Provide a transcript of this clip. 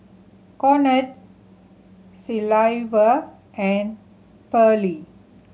Conard Silvia and Pearle